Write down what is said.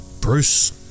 Bruce